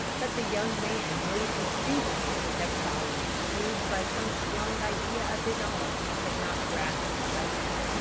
but the young man knew instinctively that solomon, moved by some strong idea of his own, had not grasped the question.